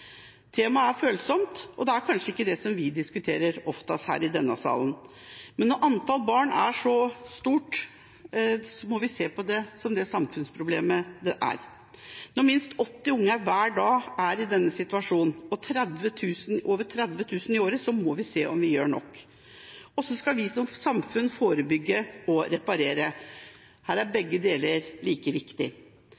Temaet er følsomt, og det er kanskje ikke det som vi diskuterer oftest i denne salen. Men når antall barn som omfattes av dette, er blitt så stort, må vi se på det som det samfunnsproblemet det er. Når minst 80 barn hver dag er i denne situasjonen – over 30 000 i året – må vi se på om vi gjør nok. Hvordan skal vi som samfunn forebygge og reparere? Begge deler er like viktig.